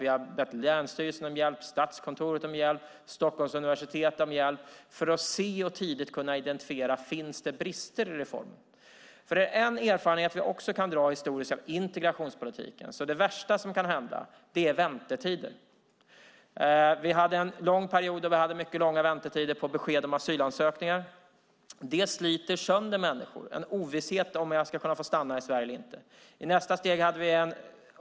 Vi har bett länsstyrelsen, Statskontoret och Stockholms universitet om hjälp för att tidigt kunna identifiera om det finns brister i reformen. En erfarenhet som vi också kan dra historiskt sett av integrationspolitiken är att det värsta som kan hända är att det blir väntetider. Under en lång period hade vi mycket långa väntetider på besked om asylansökningar. Ovissheten om man ska få stanna i Sverige eller inte sliter sönder människor.